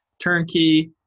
Turnkey